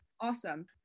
Awesome